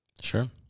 Sure